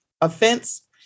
offense